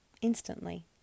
instantly